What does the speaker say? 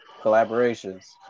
collaborations